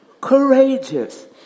courageous